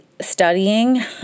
studying